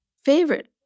Favorite